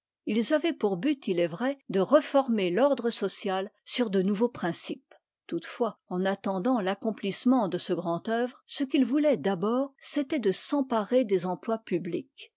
ils avaient pour but il est vrai de reformer l'ordre social sur de nouveaux principes toutefois en attendant l'accomphssement de ce grand œuvre ce qu'ils voûlaient d'abord c'était de s'emparer des emplois publics